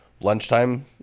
Lunchtime